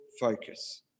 focus